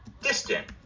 distant